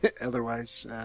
otherwise